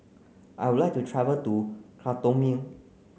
I would like to travel to Khartoum